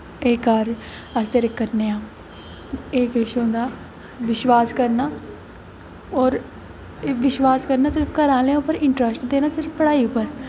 एह् कर अस तेरा करने आं एह् किश होंदा विश्वास करना और विश्वास करना सिर्फ घरे आह्लें उप्पर इंटरस्ट करना सिर्फ पढ़ाई उप्पर